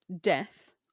death